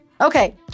Okay